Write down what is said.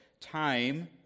time